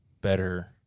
better